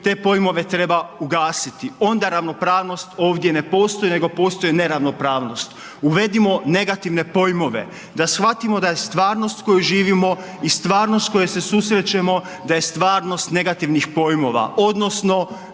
te pojmove treba ugasiti. Onda ravnopravnost ovdje ne postoji, nego postoji neravnopravnost. Uvedimo negativne pojmove da shvatimo da je stvarnost koju živimo i stvarnost s kojom se susrećemo da je stvarnost negativnih pojmova odnosno